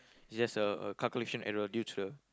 it's just a a calculation error due to a